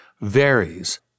varies